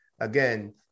Again